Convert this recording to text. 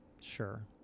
sure